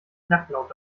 knacklaut